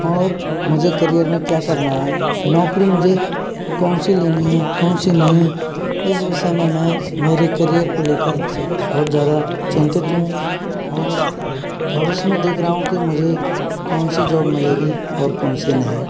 और मुझे करियर में क्या करना है नौकरी मुझे कौन सी लेनी है कौन सी नहीं इस विषय में मैं मेरे करियर को ले कर बहुत ज़्यादा चिंतित हूँ और भविष्य में देख रहा हूँ कि मुझे कौन सी जॉब मिलेगी और कौन सी नहीं